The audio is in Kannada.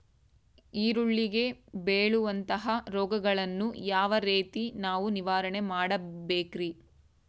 ಈರುಳ್ಳಿಗೆ ಬೇಳುವಂತಹ ರೋಗಗಳನ್ನು ಯಾವ ರೇತಿ ನಾವು ನಿವಾರಣೆ ಮಾಡಬೇಕ್ರಿ?